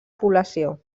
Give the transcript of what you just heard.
població